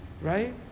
Right